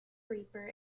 reaper